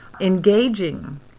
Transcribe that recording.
engaging